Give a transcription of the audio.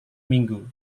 minggu